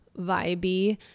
vibey